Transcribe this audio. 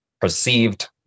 perceived